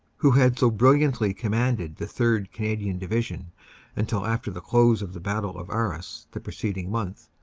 who had so brilliantly com manded the third. canadian division until after the close of the battle of arras the preceding month,